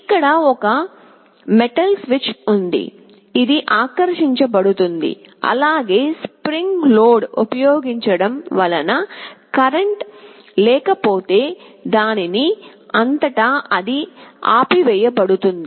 ఇక్కడ ఒక metal switch ఉంది ఇది ఆకర్షించబడుతుంది అలాగే స్ప్రింగ్ లోడింగ్ ఉపయోగించడం వలన కరెంట్ లేకపోతే దాని అంతటా అది ఆపివేయబడుతుంది